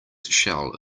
shell